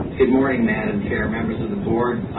good morning madam chair, members of the board.